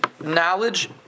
knowledge